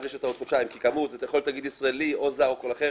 יש עוד חודשיים כי כאמור זה יכול להיות תאגיד ישראל או זר או כל אחר.